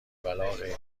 ولاغیر